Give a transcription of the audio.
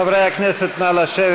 חברי הכנסת, נא לשבת.